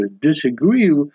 disagree